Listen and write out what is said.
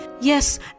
yes